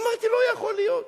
אמרתי: לא יכול להיות.